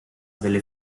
delle